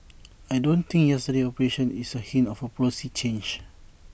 I don't think yesterday's operation is A hint of A policy change